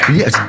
yes